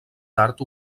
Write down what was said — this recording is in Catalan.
tard